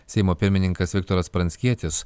seimo pirmininkas viktoras pranckietis